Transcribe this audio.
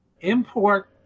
import